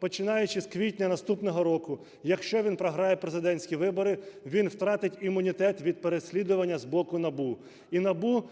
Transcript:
починаючи з квітня наступного року, якщо він програє президентські вибори, він втратить імунітет від переслідування з боку НАБУ. І НАБУ